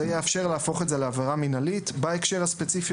זה יאפשר להפוך את זה לעבירה מינהלית בהקשר הספציפי